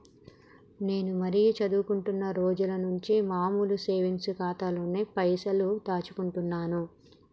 నేను మరీ చదువుకుంటున్నా రోజుల నుంచి మామూలు సేవింగ్స్ ఖాతాలోనే పైసలు దాచుకుంటున్నాను